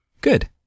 Good